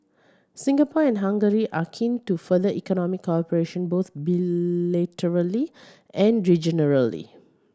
Singapore and Hungary are keen to further economic cooperation both bilaterally and